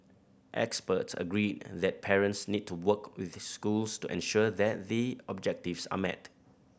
experts agree that parents need to work with schools to ensure that the objectives are met